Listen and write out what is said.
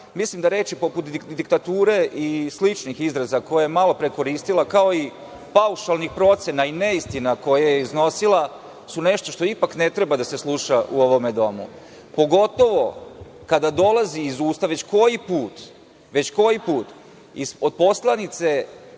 Mislim da reči poput diktature i sličnih izraza koje je malopre koristila, kao i paušalnih procena i neistina koje je iznosila su nešto što ipak ne treba da se sluša u ovom domu, pogotovo kada dolazi uz usta već koji put, već